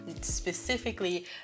specifically